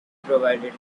provided